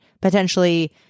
potentially